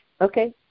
Okay